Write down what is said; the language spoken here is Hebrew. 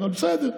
אבל בסדר.